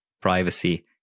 privacy